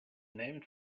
named